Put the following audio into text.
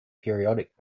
periodic